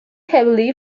heavily